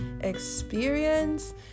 experience